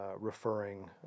referring